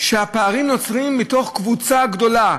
הפערים שנוצרים מתוך קבוצה גדולה,